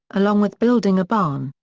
along with building a barn,